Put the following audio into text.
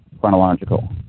chronological